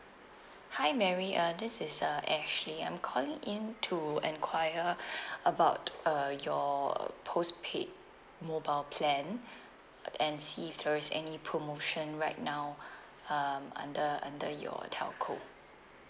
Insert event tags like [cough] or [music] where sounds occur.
hi mary uh this is uh ashley I'm calling in to enquire [breath] about uh your postpaid mobile plan and see if there's any promotion right now um under under your telco